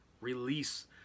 release